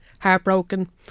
heartbroken